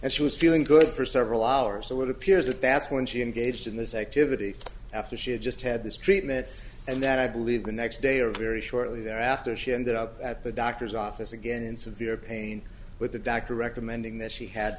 and she was feeling good for several hours so it appears that that's when she engaged in this activity after she had just had this treatment and that i believe the next day a very shortly thereafter she ended up at the doctor's office again in severe pain with the doctor recommending that she had